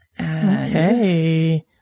Okay